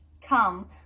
come